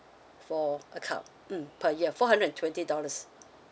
for a mm per year four hundred and twenty dollars